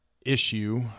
issue